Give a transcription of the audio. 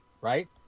right